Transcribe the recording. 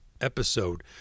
episode